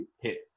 hit